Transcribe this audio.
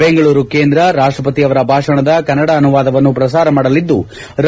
ಬೆಂಗಳೂರು ಕೇಂದ್ರ ರಾಷ್ಲಪತಿ ಅವರ ಭಾಷಣದ ಕನ್ನಡ ಅನುವಾದವನ್ನು ಪ್ರಸಾರ ಮಾಡಲಿದ್ಲು